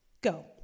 go